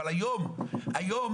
אבל היום אנחנו,